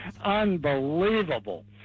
Unbelievable